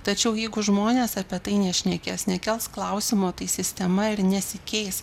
tačiau jeigu žmonės apie tai nešnekės nekels klausimo tai sistema ir nesikeis